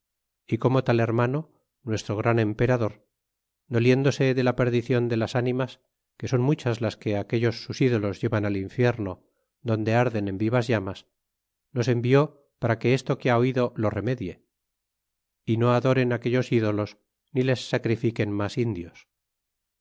é como tal hermano nuestro gran emperador doliéndose de la perdicion de las ánimas que son muchas las que aquellos sus ídolos llevan al infierno donde arden en vivas llamas nos envió para que esto que ha oido lo remedie y no adoren aquellos ídolos ni les sacrifiquen mas indios